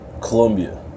Colombia